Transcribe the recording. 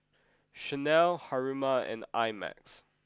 Chanel Haruma and I Max